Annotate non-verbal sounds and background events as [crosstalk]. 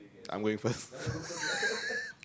I'm going first [laughs]